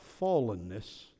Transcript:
fallenness